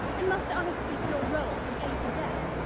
and must i speak your role from a to zed?